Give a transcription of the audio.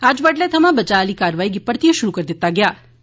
अज्ज बड्डलै थमां बचाऽ आह्ली कार्रवाई गी परतियै शुरु करी दित्ता गेदा ऐ